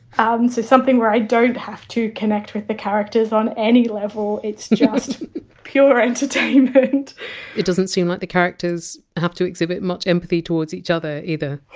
ah um so something where i don't have to connect with the characters on any level it's just pure entertainment it doesn't seem like the characters have to exhibit much empathy towards each other, either